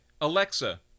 Alexa